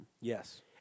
Yes